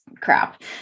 crap